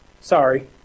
Sorry